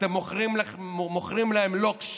אתם מוכרים להם לוקש